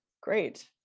Great